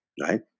right